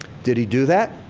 did he do that?